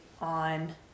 on